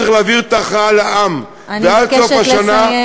ולכן צריך להעביר את ההכרעה לעם, אני מבקשת לסיים.